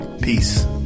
peace